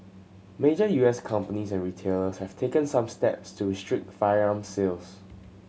major U S companies and retailers have taken some steps to restrict firearm sales